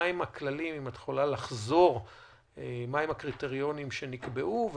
מהם הכללים ומה הקריטריונים שנקבעו,